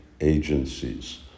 agencies